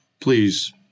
please